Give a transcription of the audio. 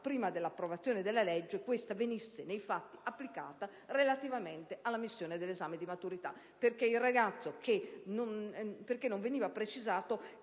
prima dell'approvazione della legge questa venisse, nei fatti, applicata relativamente all'ammissione all'esame di maturità, poiché non veniva precisato